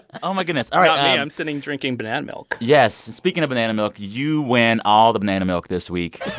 oh, my goodness. all right not me i'm sitting drinking banana milk yes. speaking of banana milk, you win all the banana milk this week